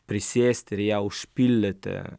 prisėst ir ją užpildyti